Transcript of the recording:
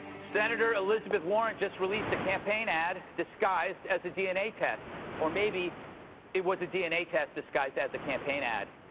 senator elizabeth warren just released a campaign ad disguised as a dna test or maybe it was a dna test disguised as a campaign ad.